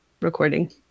Recording